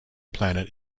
planet